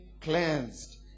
cleansed